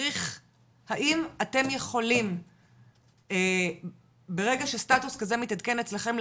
האם אתם יכולים ברגע שסטטוס כזה מתעדכן אצלכם,